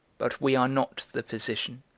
but we are not the physician.